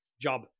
job